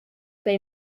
they